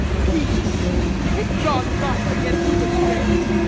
peace kick not thus against the pricks,